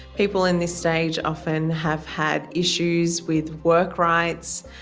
people in this stage often have had issues with work rights,